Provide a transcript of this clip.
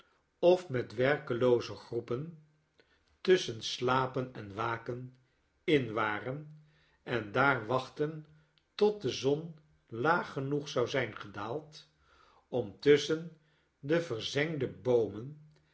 of met werkelooze groepen tusschen slapen en waken in waren en daar wachtten tot de zon laag genoeg zou zijn gedaald om tusschen de verzengde boomen